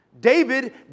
David